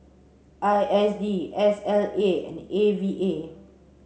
I S D S L A and A V A